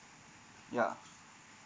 ya